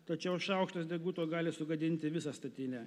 tačiau šaukštas deguto gali sugadinti visą statinę